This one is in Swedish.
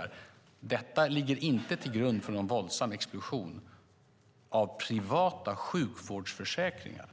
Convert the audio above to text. Men detta ligger inte till grund för någon våldsam explosion av privata sjukvårdsförsäkringar.